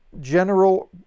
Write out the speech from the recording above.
general